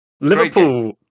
Liverpool